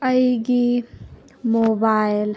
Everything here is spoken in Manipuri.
ꯑꯩꯒꯤ ꯃꯣꯕꯥꯏꯜ